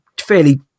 fairly